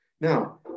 Now